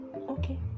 okay